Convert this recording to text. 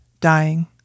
dying